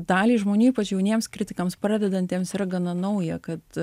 daliai žmonių ypač jauniems kritikams pradedantiems yra gana nauja kad